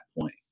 point